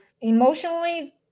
emotionally